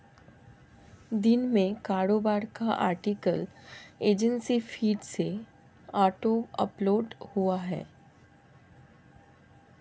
दिन में कारोबार का आर्टिकल एजेंसी फीड से ऑटो अपलोड हुआ है